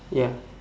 ya